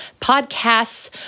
podcasts